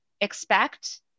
expect